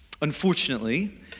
Unfortunately